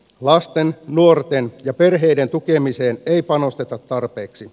lasten nuorten ja perheiden tukemiseen ei panosteta tarpeeksi